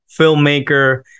filmmaker